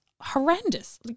horrendous